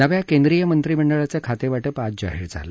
नव्या केंद्रीय मंत्रीमंडळाचं खातेवा पे आज जाहीर झालं